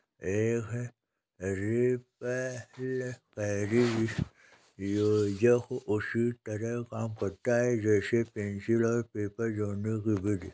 एक रिपलकैरी योजक उसी तरह काम करता है जैसे पेंसिल और पेपर जोड़ने कि विधि